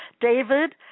David